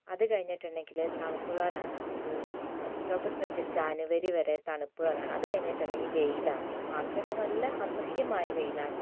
അതു കഴിഞ്ഞിട്ടുണ്ടെങ്കിൽ തണുപ്പുകാലമാണ് ഒരു ഒക്ടോബർ തൊട്ട് ജാനുവരി വരെ തണുപ്പുകാലമാണ് അതു കഴിഞ്ഞിട്ടുണ്ടെങ്കിൽ വെയിലാണ് മാർച്ചൊക്കെ നല്ല അസഹ്യമായ വെയിലാണ്